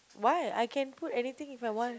why I can put anything if I want